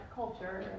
culture